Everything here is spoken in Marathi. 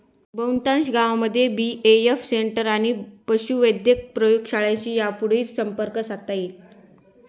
बहुतांश गावांमध्ये बी.ए.एफ सेंटर आणि पशुवैद्यक प्रयोगशाळांशी यापुढं संपर्क साधता येईल